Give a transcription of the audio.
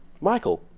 Michael